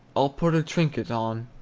i'll put a trinket on.